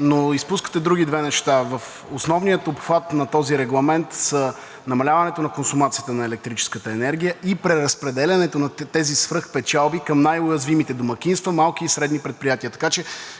но изпускате други две неща. В основния обхват на този Регламент са намаляването на консумацията на електрическата енергия и преразпределянето на тези свръхпечалби към най-уязвимите домакинства, малки и средни предприятия,